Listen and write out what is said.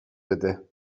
بده